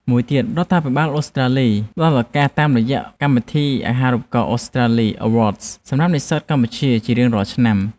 មួយទៀត រដ្ឋាភិបាលអូស្ត្រាលីផ្តល់ឱកាសតាមរយៈកម្មវិធីអាហារូបករណ៍អូស្ត្រាលី(Awards)សម្រាប់និស្សិតកម្ពុជាជារៀងរាល់ឆ្នាំ។